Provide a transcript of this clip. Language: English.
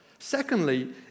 Secondly